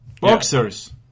Boxers